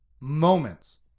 Moments